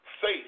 faith